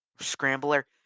scrambler